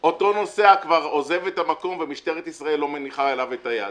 אותו נוסע כבר עוזב את המקום ומשטרת ישראל לא מניחה עליו את היד.